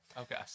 Okay